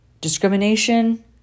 Discrimination